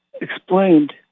explained